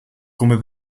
come